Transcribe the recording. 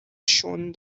shown